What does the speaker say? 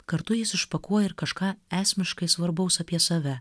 kartu jis išpakuoja ir kažką esmiškai svarbaus apie save